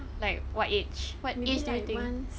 like what age what age do you think